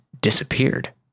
disappeared